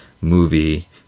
movie